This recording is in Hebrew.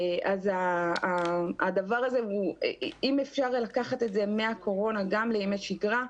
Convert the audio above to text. אז אם אפשר לקחת את זה מהקורונה גם לימי שגרה,